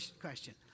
question